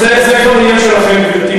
זה כבר עניין שלכם, גברתי.